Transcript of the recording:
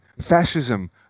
Fascism